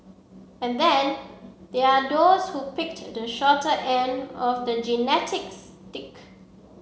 and then there are those who picked the shorter end of the genetic stick